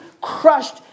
crushed